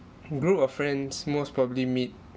group of friends most probably meet